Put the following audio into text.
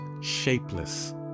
shapeless